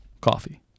coffee